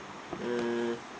mm